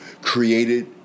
created